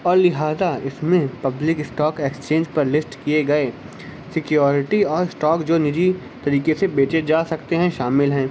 اور لہٰذا اس میں پبلک اسٹاک ایکسچینج پر لسٹ کیے گیے سکیورٹی اور اسٹاک جو نجی طریقے سے بیچے جا سکتے ہیں شامل ہیں